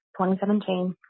2017